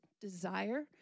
desire